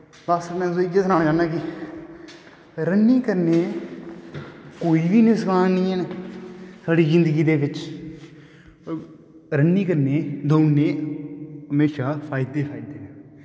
खासकर में तुसेंगी इ'यै सनाना चाह्न्ना कि रनिंग करने दे कोई बी नुकसान निं हैन साढ़ी जिन्दगी दे बिच्च रनिंग करने दे दौड़ने दे हमेशा फायदे गै फायदे न